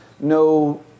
no